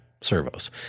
servos